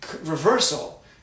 Reversal